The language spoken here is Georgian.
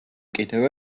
კიდევ